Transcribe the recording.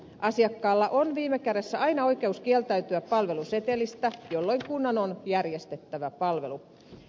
asiakkaalla on viime kädessä aina oikeus kieltäytyä palvelusetelistä jolloin kunnan on järjestettävä palvelu